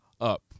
up